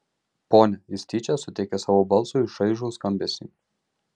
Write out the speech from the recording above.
ponia jis tyčia suteikė savo balsui šaižų skambesį